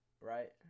right